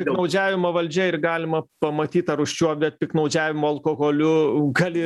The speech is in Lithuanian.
piknaudžiavimo valdžia ir galima pamatyt ar užčiuopt bet piktnaudžiavimo alkoholiu gali